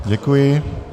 Děkuji.